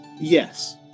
Yes